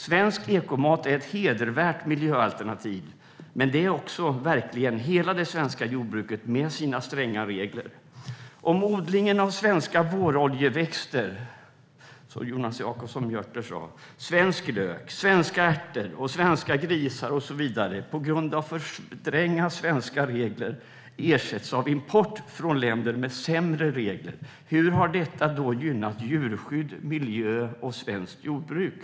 Svensk ekomat är ett hedervärt miljöalternativ, men det är också verkligen hela det svenska jordbruket med sina stränga regler. Om odlingen av svenska våroljeväxter, som Jonas Jacobsson Gjörtler tog upp, svensk lök, svenska ärtor, svenska grisar och så vidare på grund av för stränga svenska regler ersätts av import från länder med sämre regler, hur har detta då gynnat djurskydd, miljö och svenskt jordbruk?